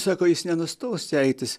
sako jis nenustos keitis